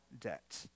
debt